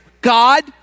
God